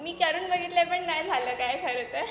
मी करून बघितलं आहे पण नाही झालं काही खरं तर